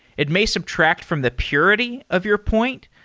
it may subtract from the purity of your point.